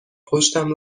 پشتم